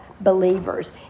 believers